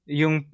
yung